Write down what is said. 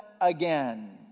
again